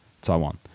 taiwan